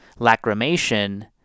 lacrimation